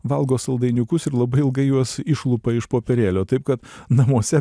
valgo saldainiukus ir labai ilgai juos išlupa iš popierėlio taip kad namuose